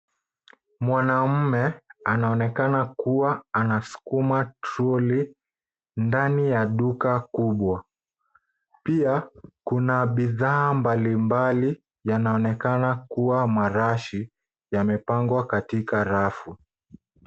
Mwanaume anaonekana kuwa anasukuma troli ndani ya duka kubwa. Pia kuna bidhaa mbalimbali yanaonekana kuwa marashi yamepangwa katika rafu.